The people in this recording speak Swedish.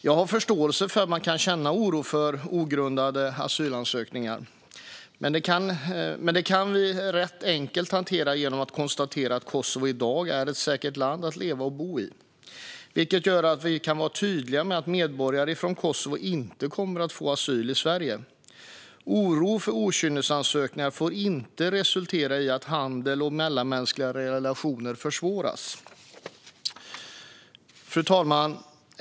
Jag har förståelse för att man kan känna oro för ogrundade asylansökningar, men det kan vi rätt enkelt hantera genom att konstatera att Kosovo i dag är ett säkert land att leva och bo i, vilket gör att vi kan vara tydliga med att medborgare från Kosovo inte kommer att få asyl i Sverige. Oro för okynnesansökningar får inte resultera i att handel och mellanmänskliga relationer försvåras. Fru talman!